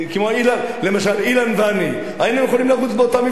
למשל אילן ואני, היינו יכולים לרוץ באותה מפלגה.